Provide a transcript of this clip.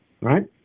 right